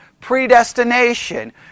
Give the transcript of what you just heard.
Predestination